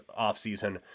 offseason